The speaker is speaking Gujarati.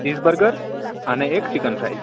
ચીઝ બર્ગર અને એક ચિકન ફ્રાઈશ